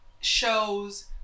shows